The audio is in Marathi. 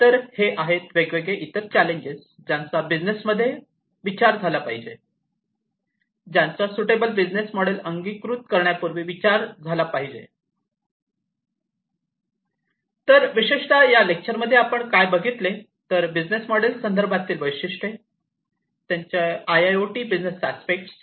तर हे आहेत वेगवेगळे इतर चॅलेंजेस ज्यांचा बिजनेस मध्ये विचार झाला पाहिजे ज्यांचा सूटेबल बिझनेस मॉडेल अंगीकारन्या पूर्वी विचार झाला पाहिजे स्लाईड पहा वेळ 2530 तर विशेषतः या लेक्चरमध्ये आपण काय बघितले तर बिझनेस मॉडेल च्या संदर्भातील वैशिष्ट्ये आय आय ओ टीची बिझनेस अस्पेक्ट्स